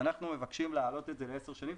אנחנו מבקשים להעלות את זה לעשר שנים.